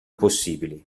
possibili